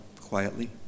quietly